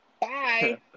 Bye